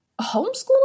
homeschooling